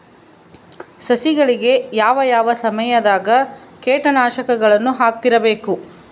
ಸಸಿಗಳಿಗೆ ಯಾವ ಯಾವ ಸಮಯದಾಗ ಕೇಟನಾಶಕಗಳನ್ನು ಹಾಕ್ತಿರಬೇಕು?